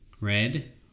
Red